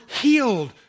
healed